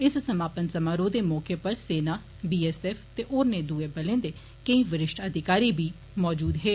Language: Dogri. इस समापन समारोह दे मौके उप्पर सेना बी एस एफ ते होरने बले दे कोई विरिष्ठ अधिकारी बी मौजूद हे